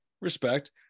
Respect